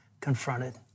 confronted